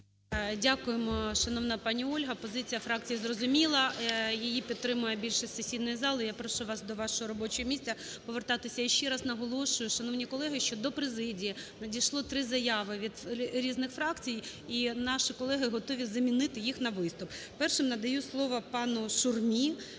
Дякуємо, шановна пані Ольга. Позиція фракції зрозуміла, її підтримує більшість сесійної зали. Я прошу вас до вашого робочого місця повертатися. І ще раз наголошую, шановні колеги, що до президії надійшло три заяви від різних фракцій, і наші колеги готові замінити їх на виступ. Першим надаю слово пану Шурмі,